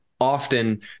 often